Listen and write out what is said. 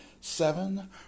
Seven